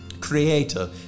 Creator